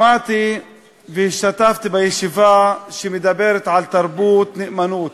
שמעתי והשתתפתי בישיבה שמדברת על תרבות-נאמנות,